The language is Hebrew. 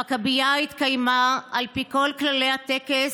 המכבייה התקיימה על פי כל כללי הטקס,